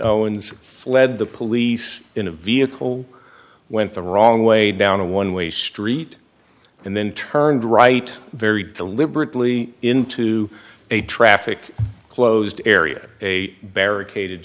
owens fled the police in a vehicle went the wrong way down a one way street and then turned right very deliberately into a traffic closed area a barricaded